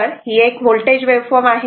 तर की एक व्होल्टेज वेव्हफॉर्म आहे